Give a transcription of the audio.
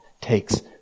takes